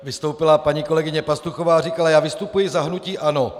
Vystoupila paní kolegyně Pastuchová a říkala: Vystupuji za hnutí ANO.